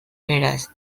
veras